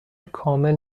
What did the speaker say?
کامل